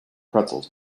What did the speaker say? pretzels